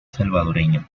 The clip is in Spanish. salvadoreño